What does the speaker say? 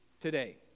today